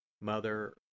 Mother